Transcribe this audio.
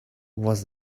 was